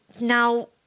now